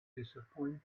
disappointed